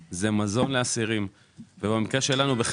בדומה למשרדים אחרים הכספים האלה